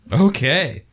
Okay